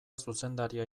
zuzendaria